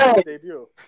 debut